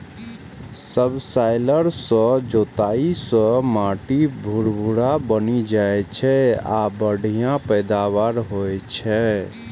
subsoiler सं जोताइ सं माटि भुरभुरा बनि जाइ छै आ बढ़िया पैदावार होइ छै